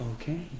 Okay